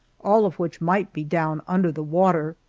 all of which might be down under the water.